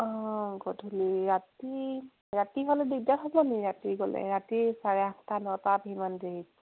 অঁ গধূলি ৰাতি ৰাতি হ'লে দিগদাৰ হ'ব নেকি ৰাতি গ'লে ৰাতি চাৰে আঠটা নটাত সিমান দেৰিত